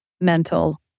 mental